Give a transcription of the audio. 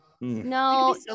no